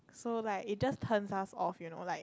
so like it just turns us off you know like